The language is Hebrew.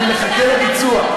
אני מחכה לביצוע.